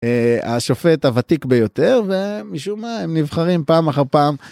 השופט הוותיק ביותר, ומשום מה הם נבחרים פעם אחר פעם.